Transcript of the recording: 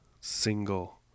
single